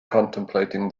contemplating